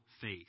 faith